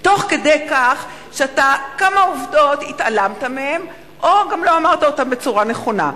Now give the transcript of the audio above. תוך כדי כך שכמה עובדות התעלמת מהן או גם לא אמרת אותן בצורה נכונה.